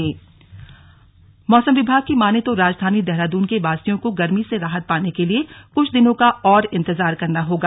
slug मौसम मौसम विभाग की माने तो राजधानी देहरादून के वासियों को गर्मी से राहत पाने के लिए कुछ दिनों का और इंतजार करना होगा